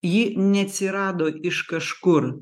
ji neatsirado iš kažkur